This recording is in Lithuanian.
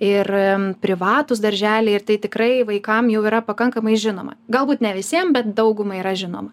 ir privatūs darželiai ir tai tikrai vaikam jau yra pakankamai žinoma galbūt ne visiem bet daugumai yra žinoma